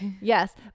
Yes